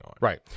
Right